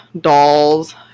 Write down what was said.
dolls